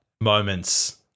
moments